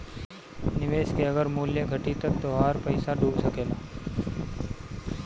निवेश के अगर मूल्य घटी त तोहार पईसा डूब सकेला